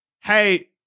hey